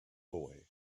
boy